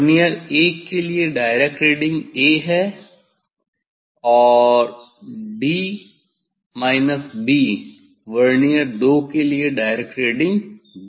vernier 1 के लिए direct reading 'a' है और 'd' माइनस 'b' वर्नियर 2 के लिए डायरेक्ट रीडिंग 'b' है